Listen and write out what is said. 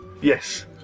Yes